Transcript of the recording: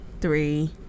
three